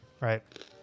Right